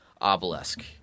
obelisk